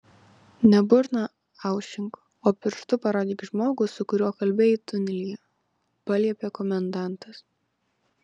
ne burną aušink o pirštu parodyk žmogų su kuriuo kalbėjai tunelyje paliepė komendantas